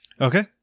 Okay